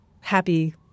happy